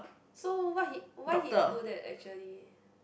so what he why he do that actually